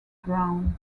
ground